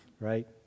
right